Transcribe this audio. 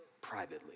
privately